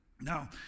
Now